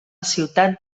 ciutat